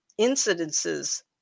incidences